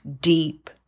deep